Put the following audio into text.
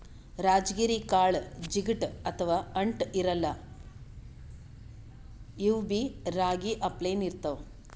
ರಾಜಗಿರಿ ಕಾಳ್ ಜಿಗಟ್ ಅಥವಾ ಅಂಟ್ ಇರಲ್ಲಾ ಇವ್ಬಿ ರಾಗಿ ಅಪ್ಲೆನೇ ಇರ್ತವ್